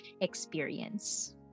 experience